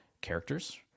characters